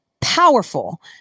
powerful